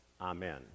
Amen